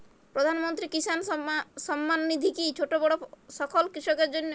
প্রধানমন্ত্রী কিষান সম্মান নিধি কি ছোটো বড়ো সকল কৃষকের জন্য?